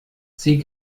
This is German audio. sie